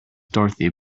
dorothy